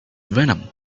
venom